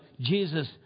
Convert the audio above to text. Jesus